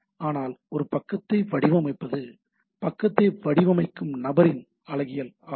ஆனால் ஒரு பக்கத்தை வடிவமைப்பது பக்கத்தை வடிவமைக்கும் நபரின் அழகியல் ஆகும்